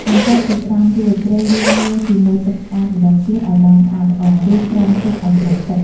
បន្ទាប់ពីត្រាំរួច ត្រូវលាងងាវជាមួយទឹកស្អាតម្ដងទៀតឱ្យបានស្អាតល្អ រួចស្រង់ទុកឱ្យស្រស់ទឹក។